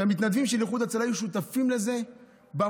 שהמתנדבים של איחוד הצלה יהיו שותפים לזה במוקד,